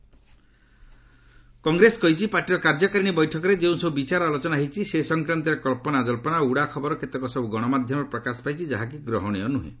Congress press Congress କହିଛି ପାର୍ଟିର କାର୍ଯ୍ୟକାରିଣୀ ବୈଠକରେ ଯେଉଁସବୁ ବିଚାର ଆଲୋଚନା ହୋଇଛି ସେ ସଂକ୍ରାନ୍ତରେ କଚ୍ଚନାଜଳ୍ପନା ଓ ଉଡ଼ା ଖବର କେତେକ ସବୁ ଗଣମାଧ୍ୟମରେ ପ୍ରକାଶ ପାଇଛି ଯାହାକି ଗ୍ରହଣୀୟ ନୁହେଁ